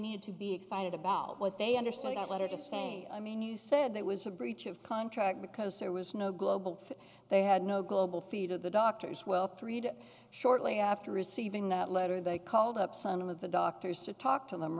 needed to be excited about what they understood about whether to stay i mean you said that was a breach of contract because there was no global they had no global feet of the doctors well three to shortly after receiving the letter they called up some of the doctors to talk to them